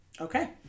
Okay